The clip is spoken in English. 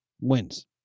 wins